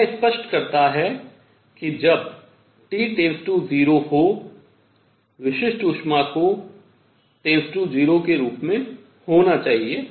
यह स्पष्ट करता है कि जब T → 0 हो विशिष्ट ऊष्मा को → 0 के रूप में होना चाहिए